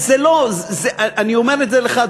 אני אומר את זה לך,